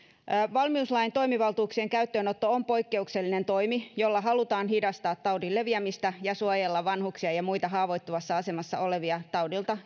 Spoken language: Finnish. valmiuslain toimivaltuuksien käyttöönotto on poikkeuksellinen toimi jolla halutaan hidastaa taudin leviämistä ja suojella vanhuksia ja muita haavoittuvassa asemassa olevia taudilta